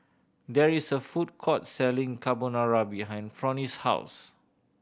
there is a food court selling Carbonara behind Fronnie's house